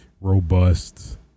robust